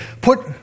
put